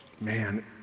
man